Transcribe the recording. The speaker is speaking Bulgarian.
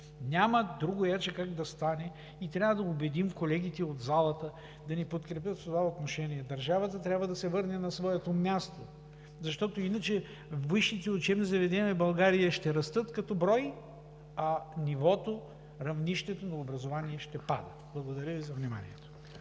Няма другояче как да стане и трябва да убедим колегите от залата да ни подкрепят в това отношение – държавата трябва да се върне на своето място. Иначе висшите учебни заведения в България ще растат като брой, а нивото, равнището на образование ще пада. Благодаря Ви за вниманието.